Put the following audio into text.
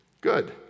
Good